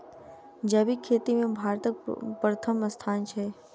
जैबिक खेती मे भारतक परथम स्थान छै